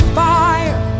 fire